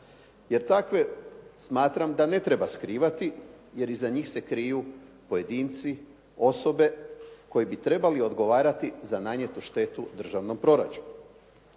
jer takve smatram da ne treba skrivati jer iza njih se kriju pojedinci, osobe koje bi trebale odgovarati za nanijetu štetu državnom proračunu.